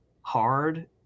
hard